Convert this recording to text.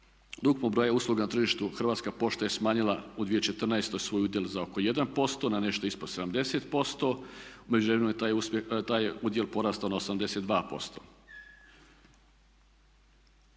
ukupnog broja usluga na tržištu Hrvatska pošta je smanjila u 2014. svoj udjel za oko 1%, na nešto ispod 70%. U međuvremenu je taj udjel porastao na oko